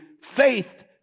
faith